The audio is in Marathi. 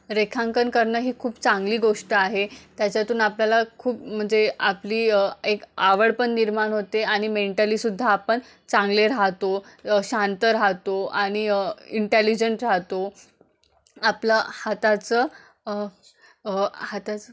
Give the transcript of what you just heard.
रेखांकन करणं ही खूप चांगली गोष्ट आहे त्याच्यातून आपल्याला खूप म्हणजे आपली एक आवड पण निर्माण होते आणि मेंटलीसुद्धा आपण चांगले राहतो शांत राहतो आणि इंटेलिजंट राहतो आपलं हाताचं हाताचं